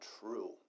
true